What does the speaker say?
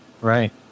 right